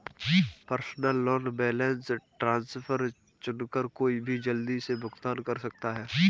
personal loan balance transfer चुनकर कोई भी जल्दी से भुगतान कर सकता है